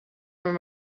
meer